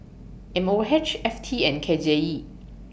M O H F T and K J E